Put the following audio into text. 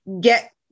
get